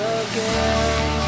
again